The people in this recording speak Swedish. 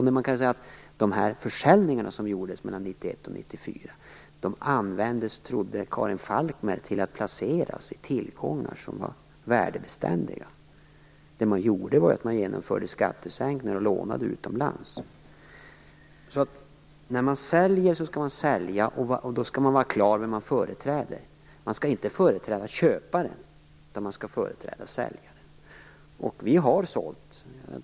Pengarna från de försäljningar som gjordes mellan 1991 och 1994 användes, trodde Karin Falkmer, till placeringar i tillgångar som var värdebeständiga. Det man gjorde var i stället att genomföra skattesänkningar och låna utomlands. När man säljer skall man sälja, och då skall man vara klar över vem man företräder. Man skall inte företräda köparen, utan man skall företräda säljaren. Vi har sålt.